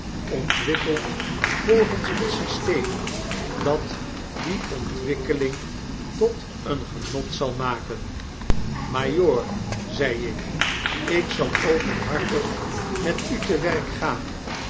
ontwikkeld volgens een systeem dat die ontwikkeling tot een genot zal maken majoor zei ik ik zal openhartig met u te werk gaan